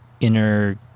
inner